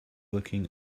looking